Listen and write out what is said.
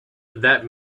that